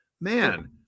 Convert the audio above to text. man